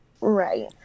Right